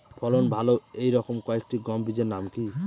ফলন ভালো এই রকম কয়েকটি গম বীজের নাম কি?